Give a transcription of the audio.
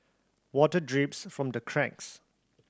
water drips from the cracks